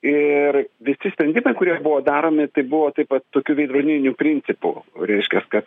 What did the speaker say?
ir visi sprendimai kurie buvo daromi tai buvo taip pat tokiu veidrodiniu principu reiškia kad